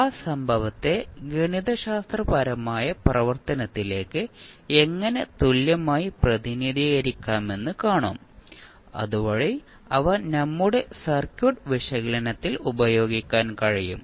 ആ സംഭവത്തെ ഗണിതശാസ്ത്രപരമായ പ്രവർത്തനത്തിലേക്ക് എങ്ങനെ തുല്യമായി പ്രതിനിധീകരിക്കാമെന്ന് കാണും അതുവഴി അവ നമ്മുടെ സർക്യൂട്ട് വിശകലനത്തിൽ ഉപയോഗിക്കാൻ കഴിയും